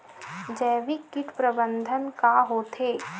जैविक कीट प्रबंधन का होथे?